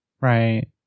Right